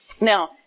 Now